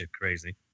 crazy